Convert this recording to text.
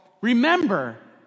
remember